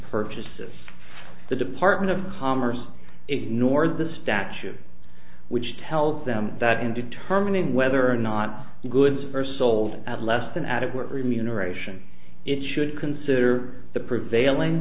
purposes the department of commerce ignores the statute which tells them that in determining whether or not goods first sold at less than adequate remuneration it should consider the prevailing